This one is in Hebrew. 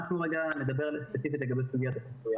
נדבר ספציפית לגבי סוגיית הפיצוי.